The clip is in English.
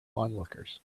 onlookers